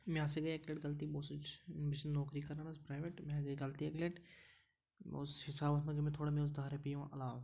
مےٚ ہَسا گٔے اَکہِ لَٹہِ غلطی بہٕ اوسُس بہٕ چھَس نوکری کَران حظ پرٛایویٹ مےٚ گٔے غلطی اَکہِ لَٹہِ بہٕ اوسُس حِسابَس منٛز گٔے مےٚ تھوڑا مےٚ اوس دَہ رۄپیہِ یِوان علاوٕ